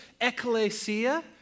ecclesia